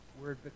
word